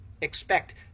expect